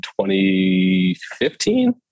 2015